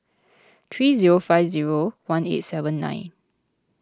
three zero five zero one eight seven nine